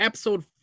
Episode